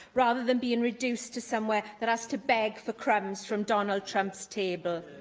rather than being reduced to somewhere that has to beg for crumbs from donald trump's table.